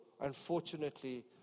unfortunately